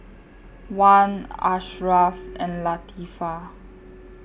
Wan Asharaff and Latifa